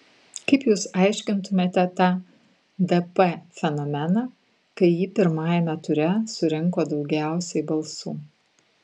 kaip jūs aiškintumėte tą dp fenomeną kai ji pirmajame ture surinko daugiausiai balsų